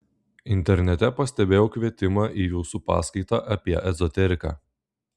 internete pastebėjau kvietimą į jūsų paskaitą apie ezoteriką